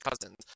Cousins